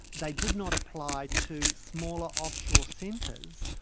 they did not apply to smaller offshore centres,